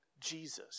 Jesus